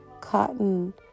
cotton